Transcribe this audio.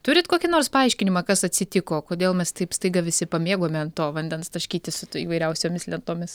turit kokį nors paaiškinimą kas atsitiko kodėl mes taip staiga visi pamėgome to vandens taškytis su įvairiausiomis lentomis